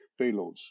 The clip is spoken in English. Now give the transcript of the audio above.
payloads